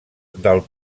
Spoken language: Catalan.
del